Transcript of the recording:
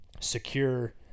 secure